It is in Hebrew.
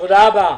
תודה רבה.